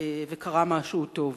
וקרה משהו טוב,